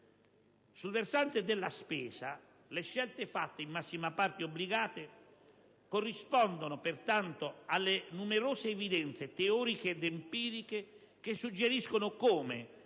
Sul versante della spesa le scelte fatte, in massima parte obbligate, corrispondono pertanto alle numerose evidenze teoriche e empiriche, che suggeriscono come